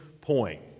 point